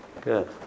good